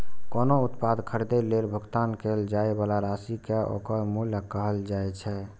कोनो उत्पाद खरीदै लेल भुगतान कैल जाइ बला राशि कें ओकर मूल्य कहल जाइ छै